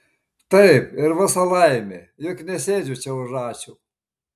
taip ir visa laimė juk nesėdžiu čia už ačiū